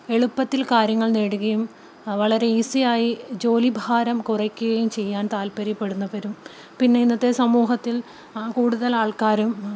എളുപ്പത്തിൽ കാര്യങ്ങൾ നേടുകയും വളരെ ഈസിയായി ജോലിഭാരം കുറയ്ക്കുകയും ചെയ്യാൻ താല്പര്യപ്പെടുന്നവരും പിന്നെ ഇന്നത്തെ സമൂഹത്തിൽ കൂടുതൽ ആൾക്കാരും